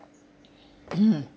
hmm